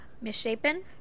misshapen